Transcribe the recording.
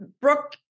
Brooke